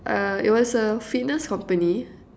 uh it was a fitness company